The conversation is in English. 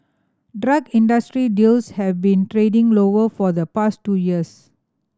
drug industry deals have been trending lower for the past two years